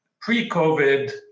pre-COVID